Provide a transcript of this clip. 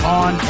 on